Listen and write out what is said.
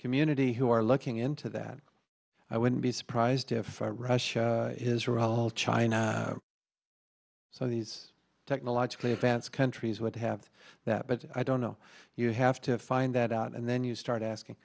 community who are looking into that i wouldn't be surprised if russia his role china so these technologically advanced countries would have that but i don't know you have to find that out and then you start asking